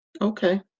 Okay